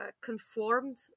conformed